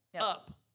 up